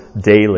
daily